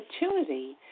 opportunity